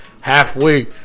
halfway